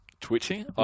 twitching